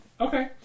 okay